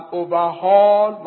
overhaul